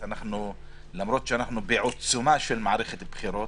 למרות שאנחנו בעיצומה של מערכת בחירות,